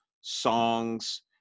songs